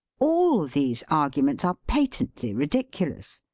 all these arguments are patently ridiculous.